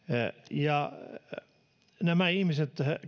nämä ihmiset